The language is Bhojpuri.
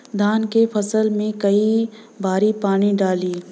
धान के फसल मे कई बारी पानी डाली?